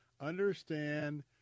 Understand